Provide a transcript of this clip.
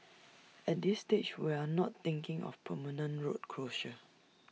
at this stage we are not thinking of permanent road closure